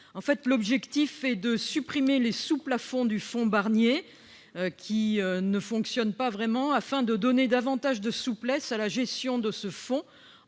Il vise à supprimer les sous-plafonds du fonds Barnier qui ne fonctionnent pas vraiment, afin de donner davantage de souplesse à la gestion de ce fonds